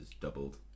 doubled